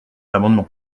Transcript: l’amendement